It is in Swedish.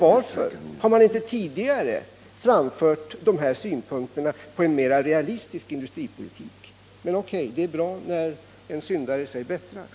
Varför har man inte tidigare framfört dessa synpunkter på en mera realistisk industripolitik? Men O. K., det är bra när en syndare sig bättrar.